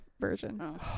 version